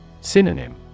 Synonym